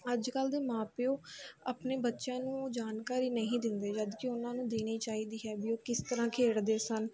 ਅੱਜ ਕੱਲ੍ਹ ਦੇ ਮਾਂ ਪਿਓ ਆਪਣੇ ਬੱਚਿਆਂ ਨੂੰ ਜਾਣਕਾਰੀ ਨਹੀਂ ਦਿੰਦੇ ਜਦੋਂ ਕਿ ਉਹਨਾਂ ਨੂੰ ਦੇਣੀ ਚਾਹੀਦੀ ਹੈ ਵੀ ਉਹ ਕਿਸ ਤਰ੍ਹਾਂ ਖੇਡਦੇ ਸਨ